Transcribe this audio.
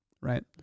right